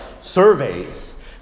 surveys